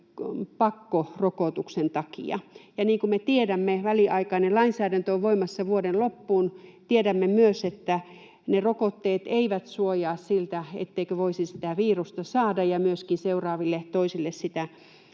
pakkorokotuksen takia, ja niin kuin me tiedämme, väliaikainen lainsäädäntö on voimassa vuoden loppuun. Tiedämme myös, että rokotteet eivät suojaa siltä, etteikö voisi sitä virusta saada ja myöskin toisille sitä